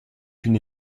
une